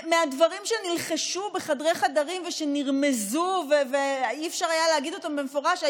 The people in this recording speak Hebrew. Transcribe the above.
הדברים שנלחשו בחדרי-חדרים ושנרמזו ולא היה אפשר להגיד אותם במפורש,